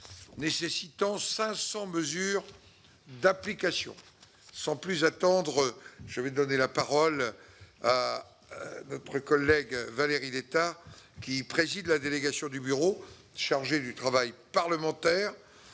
nécessitant 500 mesures d'application. Sans plus attendre, je donne la parole à notre collègue Valérie Létard, qui préside la délégation du Bureau chargée du travail parlementaire,